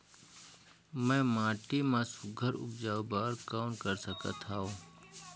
मैं माटी मा सुघ्घर उपजाऊ बर कौन कर सकत हवो?